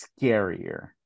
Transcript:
scarier